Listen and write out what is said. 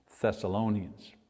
Thessalonians